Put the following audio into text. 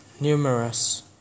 numerous